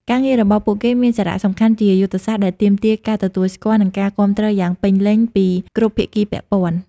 ការងាររបស់ពួកគេមានសារៈសំខាន់ជាយុទ្ធសាស្ត្រ ដែលទាមទារការទទួលស្គាល់ និងការគាំទ្រយ៉ាងពេញលេញពីគ្រប់ភាគីពាក់ព័ន្ធ។